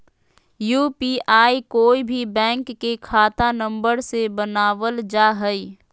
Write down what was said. UPI कोय भी bank के खाता नंबर से बनावल जा हइ